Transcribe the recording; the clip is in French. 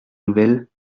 nouvelles